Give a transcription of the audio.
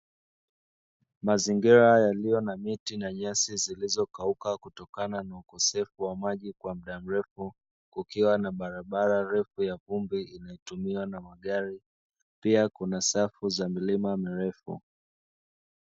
Mazingira yaliyo na miti na nyasi zilizokauka kutokana na ukosefu wa maji kwa mda mrefu, kukiwa na barabara refu ya vumbi inayotumiwa na magari pia kuna safu za milima mirefu.